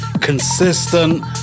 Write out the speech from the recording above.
Consistent